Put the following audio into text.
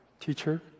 teacher